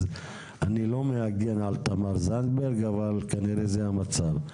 אז אני לא מגן על תמר זנדברג, אבל כנראה זה המצב.